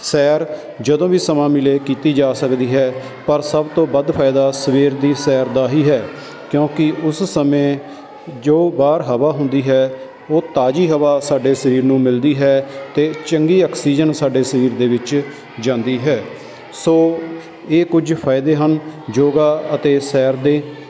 ਸੈਰ ਜਦੋਂ ਵੀ ਸਮਾਂ ਮਿਲੇ ਕੀਤੀ ਜਾ ਸਕਦੀ ਹੈ ਪਰ ਸਭ ਤੋਂ ਵੱਧ ਫ਼ਾਇਦਾ ਸਵੇਰ ਦੀ ਸੈਰ ਦਾ ਹੀ ਹੈ ਕਿਉਂਕਿ ਉਸ ਸਮੇਂ ਜੋ ਬਾਹਰ ਹਵਾ ਹੁੰਦੀ ਹੈ ਉਹ ਤਾਜ਼ੀ ਹਵਾ ਸਾਡੇ ਸਰੀਰ ਨੂੰ ਮਿਲਦੀ ਹੈ ਅਤੇ ਚੰਗੀ ਆਕਸੀਜਨ ਸਾਡੇ ਸਰੀਰ ਦੇ ਵਿੱਚ ਜਾਂਦੀ ਹੈ ਸੋ ਇਹ ਕੁਝ ਫ਼ਾਇਦੇ ਹਨ ਯੋਗਾ ਅਤੇ ਸੈਰ ਦੇ